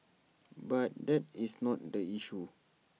but that is not the issue